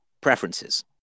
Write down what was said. preferences